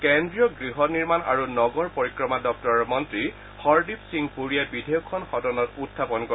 কেন্দ্ৰীয় গৃহ নিৰ্মণ আৰু নগৰ পৰিক্ৰমা দপ্তৰৰ মন্ত্ৰী হৰদীপ সিং পুৰীয়ে বিধেয়কখন সদনত উখাপন কৰে